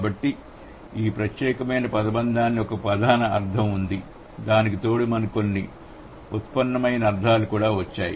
కాబట్టి ఈ ప్రత్యేకమైన పదబంధానికి ఒక ప్రధాన అర్ధం ఉంది దానికి తోడు మనకు కొన్ని ఉత్పన్నమైన అర్ధాలు కూడా వచ్చాయి